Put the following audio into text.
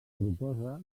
proposa